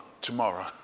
tomorrow